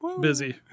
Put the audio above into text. busy